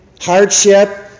hardship